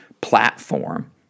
platform